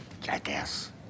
jackass